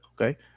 Okay